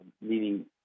meaning